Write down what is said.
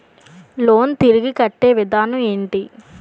Loan తిరిగి కట్టే విధానం ఎంటి?